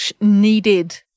needed